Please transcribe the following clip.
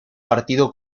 partido